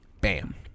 Bam